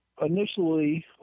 Initially